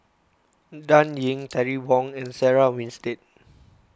Dan Ying Terry Wong and Sarah Winstedt